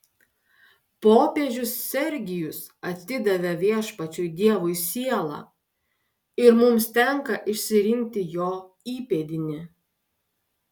popiežius sergijus atidavė viešpačiui dievui sielą ir mums tenka išsirinkti jo įpėdinį